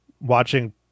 watching